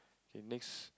he makes